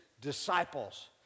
disciples